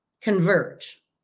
converge